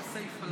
עם הסיפא לא.